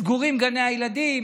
סגורים גני הילדים.